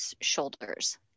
shoulders